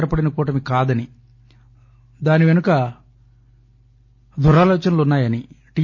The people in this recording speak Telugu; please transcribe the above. ఏర్పడిన కూటమి కాదని దాని పెనుక దురాలోచనలు వున్నా యని టి